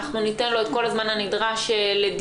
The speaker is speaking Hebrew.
ניתן לו את כל הזמן הנדרש לדיון,